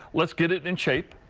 let's get it in shape.